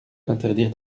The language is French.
interdire